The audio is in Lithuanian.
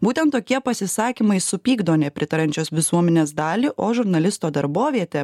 būtent tokie pasisakymai supykdo nepritariančios visuomenės dalį o žurnalisto darbovietė